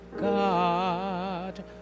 God